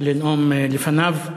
לנאום לפניו.